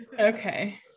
Okay